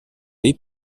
les